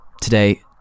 Today